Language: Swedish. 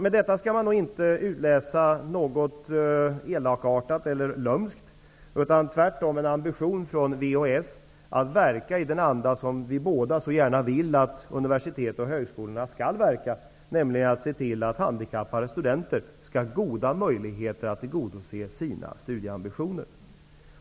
Detta skall alltså inte utläsas som något elakartat eller lömskt, utan det är tvärtom en ambition från VHS att verka i den anda som vi båda så gärna vill att högskolorna skall verka i, nämligen att se till att handikappade studenter har goda möjligheter att tillgodose sina studieambitioner.